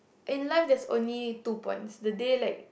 in life there's only two points the day like